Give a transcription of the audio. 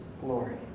glory